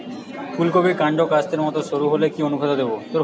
ফুলকপির কান্ড কাস্তের মত সরু হলে কি অনুখাদ্য দেবো?